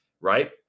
Right